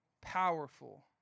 powerful